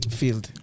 field